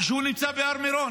כשהוא נמצא בהר מירון.